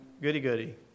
goody-goody